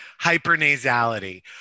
Hypernasality